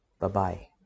Bye-bye